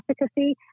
efficacy